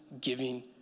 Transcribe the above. giving